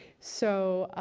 so,